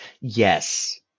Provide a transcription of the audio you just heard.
Yes